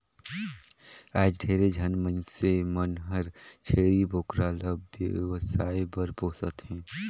आयज ढेरे झन मइनसे मन हर छेरी बोकरा ल बेवसाय बर पोसत हें